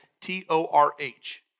T-O-R-H